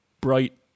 bright